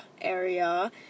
area